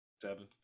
Seven